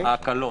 ההקלות.